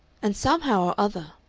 and somehow or other,